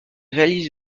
réalise